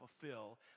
fulfill